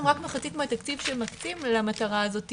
רק מחצית מהתקציב שמקצים למטרה הזאת,